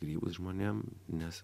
grybus žmonėm nes